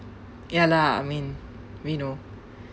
ya lah I mean we know